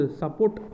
support